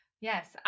Yes